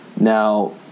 Now